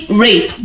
rape